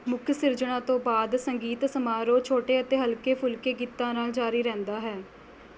ਮੁੱਖ ਸਿਰਜਣਾ ਤੋਂ ਬਾਅਦ ਸੰਗੀਤ ਸਮਾਰੋਹ ਛੋਟੇ ਅਤੇ ਹਲਕੇ ਫੁਲਕੇ ਗੀਤਾਂ ਨਾਲ਼ ਜਾਰੀ ਰਹਿੰਦਾ ਹੈ